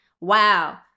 Wow